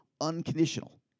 unconditional